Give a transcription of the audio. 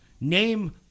Name